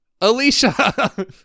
Alicia